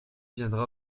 viendra